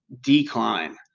decline